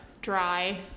dry